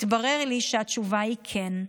התברר לי שהתשובה היא: כן.